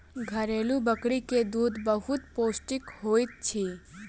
घरेलु बकरी के दूध बहुत पौष्टिक होइत अछि